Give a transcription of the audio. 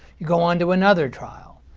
you go on to another trial,